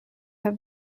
have